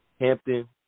Hampton